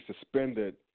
suspended